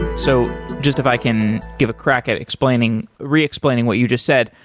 so just if i can give a crack at re-explaining re-explaining what you just said.